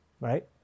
right